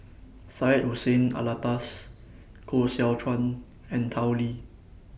Syed Hussein Alatas Koh Seow Chuan and Tao Li